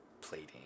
plating